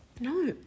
no